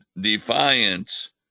defiance